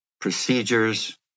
procedures